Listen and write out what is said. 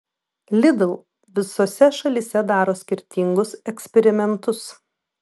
lidl visose šalyse daro skirtingus eksperimentus